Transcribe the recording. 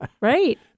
Right